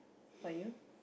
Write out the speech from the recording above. about you